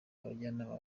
abajyanama